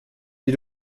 die